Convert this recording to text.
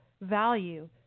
value